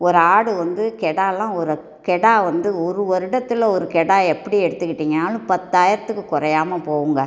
ஒரு ஆடு வந்து கிடாலாம் ஒரு கிடா வந்து ஒரு வருடத்தில் ஒரு கிடா எப்படி எடுத்துக்கிட்டிங்கனாலும் பத்தாயிரத்துக்கு குறையாமல் போகும்ங்க